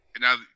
now